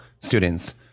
students